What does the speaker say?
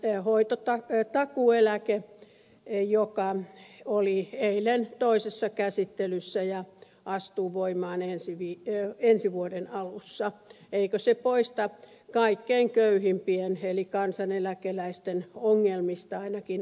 niin kuin esimerkiksi tämä takuueläke joka oli eilen toisessa käsittelyssä ja astuu voimaan ensi vuoden alussa eikö se poista kaikkein köyhimpien eli kansaneläkeläisten ongelmista ainakin osan